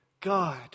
God